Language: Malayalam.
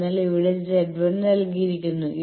അതിനാൽ ഇവിടെ Z1 നൽകിയിരിക്കുന്നു